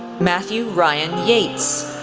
matthew ryan yates,